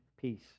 peace